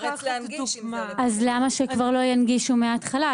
למה שלא ינגישו מהתחלה?